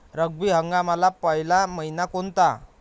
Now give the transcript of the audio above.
रब्बी हंगामातला पयला मइना कोनता?